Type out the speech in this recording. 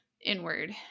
inward